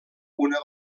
una